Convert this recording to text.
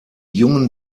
jungen